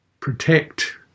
protect